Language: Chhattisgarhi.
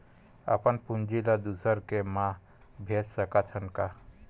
अपन पूंजी ला दुसर के मा भेज सकत हन का?